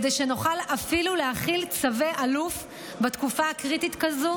כדי שנוכל אפילו להחיל צווי אלוף בתקופה קריטית כזאת